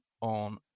on